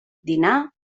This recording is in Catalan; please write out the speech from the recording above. dinar